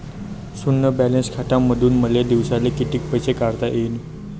शुन्य बॅलन्स खात्यामंधून मले दिवसाले कितीक पैसे काढता येईन?